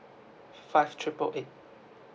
five triple eight